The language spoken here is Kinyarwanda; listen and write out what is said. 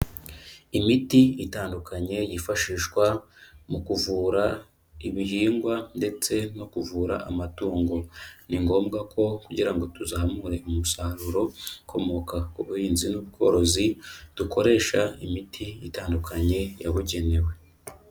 Imiti itandukanye yifashishwa mu kuvura ibihingwa ndetse no kuvura amatungo. Ni ngombwa ko kugira ngo tuzamure umusaruro ukomoka ku buhinzi n'ubworozi, dukoresha imiti itandukanye yabugenewe.